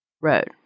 Road